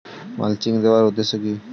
Mulching দেওয়ার উদ্দেশ্য কি?